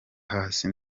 hasi